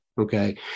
Okay